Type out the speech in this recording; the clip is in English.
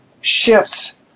shifts